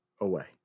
away